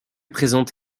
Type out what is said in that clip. présente